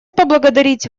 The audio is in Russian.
поблагодарить